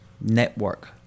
network